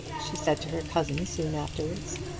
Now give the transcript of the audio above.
she said to her cousin soon afterwards,